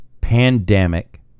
pandemic